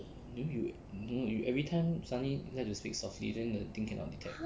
no you no you everytime suddenly like to speak softly then the thing cannot detect